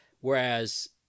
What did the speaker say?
Whereas